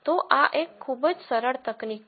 તો આ એક ખૂબ જ સરળ તકનીક છે